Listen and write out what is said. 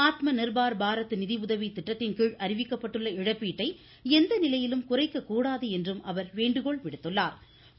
ஆத்ம நிர்பார் பாரத் நிதி உதவி திட்டத்தின் கீழ் அறிவிக்கப்பட்டுள்ள இழப்பீட்டை எந்த நிலையிலும் குறைக்க கூடாது என்றும் அவர் வேண்டுகோள் விடுத்துள்ளா்